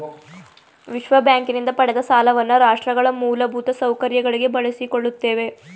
ವಿಶ್ವಬ್ಯಾಂಕಿನಿಂದ ಪಡೆದ ಸಾಲವನ್ನ ರಾಷ್ಟ್ರಗಳ ಮೂಲಭೂತ ಸೌಕರ್ಯಗಳಿಗೆ ಬಳಸಿಕೊಳ್ಳುತ್ತೇವೆ